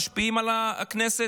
משפיעים על הכנסת.